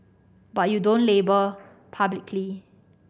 but you don't label publicly